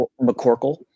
McCorkle